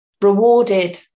rewarded